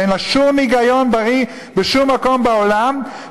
שאין לה שום היגיון בריא בשום מקום בעולם,